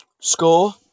Score